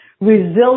Resilient